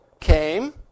came